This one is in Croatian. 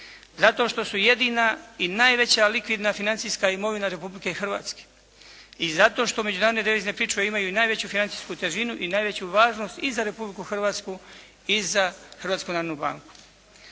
Zato što su jedina i najveća likvidna financijska imovina Republike Hrvatske i zato što međunarodne devizne pričuve imaju najveću financijsku težinu i najveću važnost i za Republiku Hrvatsku i za Hrvatsku narodnu banku.